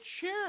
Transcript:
chair